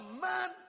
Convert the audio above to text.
man